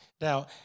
Now